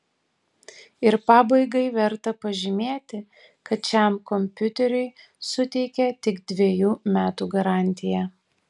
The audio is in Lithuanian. ir pabaigai verta pažymėti kad šiam kompiuteriui suteikia tik dvejų metų garantiją